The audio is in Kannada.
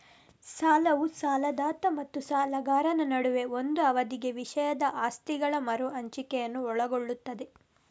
ಸಾಲವು ಸಾಲದಾತ ಮತ್ತು ಸಾಲಗಾರನ ನಡುವೆ ಒಂದು ಅವಧಿಗೆ ವಿಷಯದ ಆಸ್ತಿಗಳ ಮರು ಹಂಚಿಕೆಯನ್ನು ಒಳಗೊಳ್ಳುತ್ತದೆ